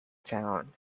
town